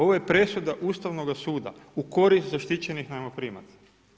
Ovo je presuda Ustavnoga suda u korist zaštićenih najmoprimaca.